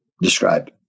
Describe